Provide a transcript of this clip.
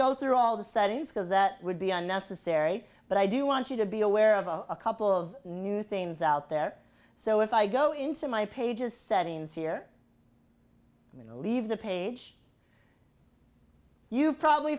go through all the settings because that would be unnecessary but i do want you to be aware of a couple of new things out there so if i go into my pages settings here in the leave the page you've probably